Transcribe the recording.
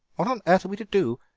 what on earth are we to do?